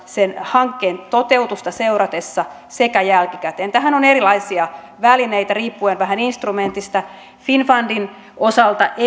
sen hankkeen toteutusta seurattaessa sekä jälkikäteen tähän on erilaisia välineitä riippuen vähän instrumentista finnfundin osalta